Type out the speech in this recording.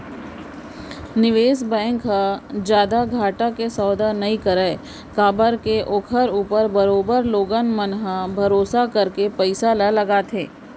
निवेस बेंक ह जादा घाटा के सौदा नई करय काबर के ओखर ऊपर बरोबर लोगन मन ह भरोसा करके पइसा ल लगाथे